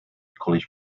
college